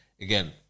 again